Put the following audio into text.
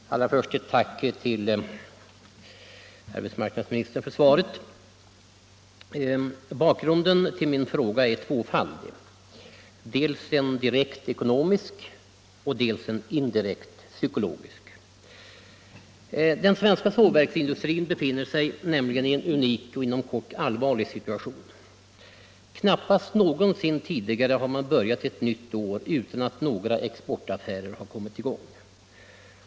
Herr talman! Allra först ett tack till arbetsmarknadsministern för svaret. Bakgrunden till min fråga är tvåfaldig — dels är den direkt ekonomisk, dels är den indirekt psykologisk. Den svenska sågverksindustrin befinner sig i en unik och inom kort allvarlig situation. Knappast någonsin tidigare har man börjat ett nytt år utan att några exportaffärer har kommit i gång.